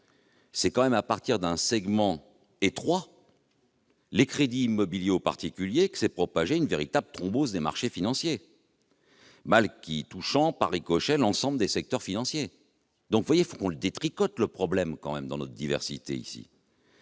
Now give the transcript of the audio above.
c'est tout de même à partir d'un segment étroit- les crédits immobiliers aux particuliers -que s'est propagée une véritable thrombose des marchés financiers, mal qui a touché, par ricochet, l'ensemble des secteurs financiers. Il nous faut détricoter le problème, dans notre diversité.